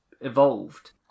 evolved